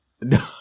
No